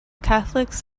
catholics